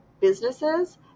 businesses